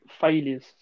failures